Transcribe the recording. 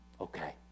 okay